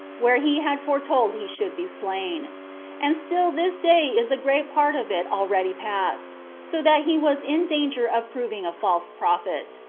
where he had foretold he should be slain and still this day is a great part of it already past, so that he was in danger of proving a false prophet.